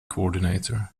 coordinator